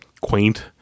quaint